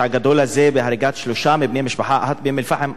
הגדול הזה של הריגת שלושה בני משפחה אחת באום-אל-פחם.